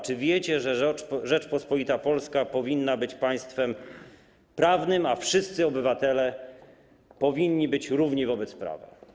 Czy wiecie, że Rzeczpospolita Polska powinna być państwem prawnym, a wszyscy obywatele powinni być równi wobec prawa?